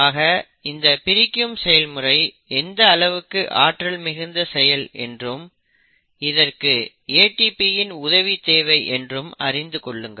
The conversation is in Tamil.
ஆக இந்த பிரிக்கும் செயல்முறை எந்த அளவுக்கு ஆற்றல் மிகுந்த செயல் என்றும் இதற்கு ATP இன் உதவி தேவை என்றும் அறிந்து கொள்ளுங்கள்